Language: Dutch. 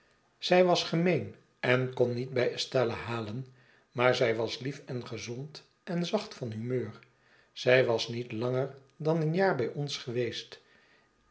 zij was gemeen en kon niet bij estella halen maar zij was lief en gezond en zacht van humeur zij was niet langer dan een jaar bij ons geweest